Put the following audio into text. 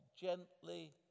Gently